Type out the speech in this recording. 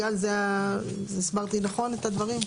גל, הסברתי נכון את הדברים?